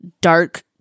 dark